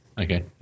Okay